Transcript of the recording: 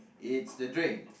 it's the drain